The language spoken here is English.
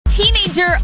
teenager